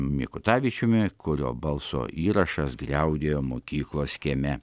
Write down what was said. mikutavičiumi kurio balso įrašas griaudėjo mokyklos kieme